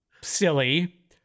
silly